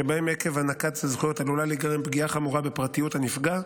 שבהם עקב הענקת הזכויות עלולה להיגרם פגיעה חמורה בפרטיות הנפגע,